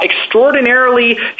extraordinarily